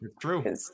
True